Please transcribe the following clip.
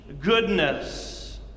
goodness